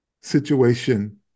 situation